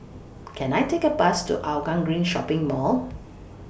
Can I Take A Bus to Hougang Green Shopping Mall